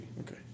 Okay